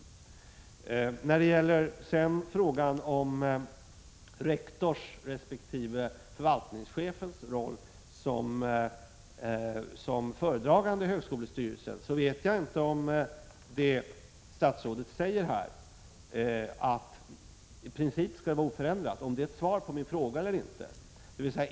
Statsrådet säger beträffande frågan om rektors resp. förvaltningschefs roll som föredragande i högskolestyrelsen att nuvarande förhållande i princip skall vara oförändrat. Jag vet inte om detta är ett svar på min fråga.